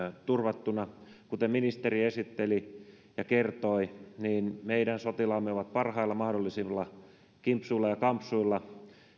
turvattuina kuten ministeri esitteli ja kertoi niin meidän sotilaamme ovat parhailla mahdollisilla kimpsuilla ja kampsuilla